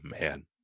man